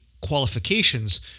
qualifications